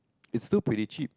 it's still pretty cheap